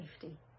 safety